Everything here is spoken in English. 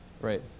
Right